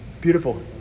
Beautiful